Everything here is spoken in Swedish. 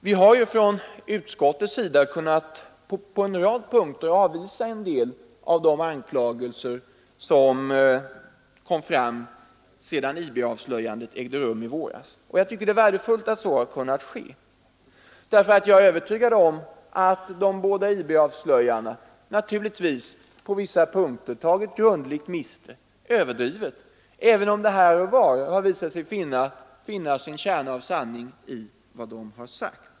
Vi har från utskottets sida på en rad punkter kunnat avvisa en del av de anklagelser som framförts sedan IB-avslöjandet ägde rum i våras. Jag tycker det är värdefullt att så kunnat ske, för jag är övertygad om att de båda IB-avslöjarna på vissa punkter tagit grundligt miste och överdrivit, även om det här och var visat sig finnas en kärna av sanning i vad de har sagt.